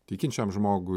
tikinčiam žmogui